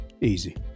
easy